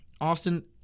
Austin